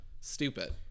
Stupid